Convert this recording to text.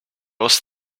was